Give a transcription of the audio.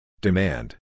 Demand